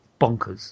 Bonkers